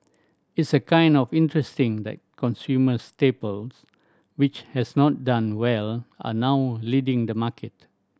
it's a kind of interesting that consumer staples which has not done well are now leading the market